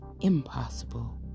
impossible